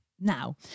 Now